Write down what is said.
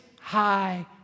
high